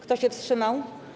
Kto się wstrzymał?